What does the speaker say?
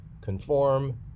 conform